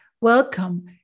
Welcome